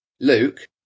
Luke